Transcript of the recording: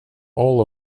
all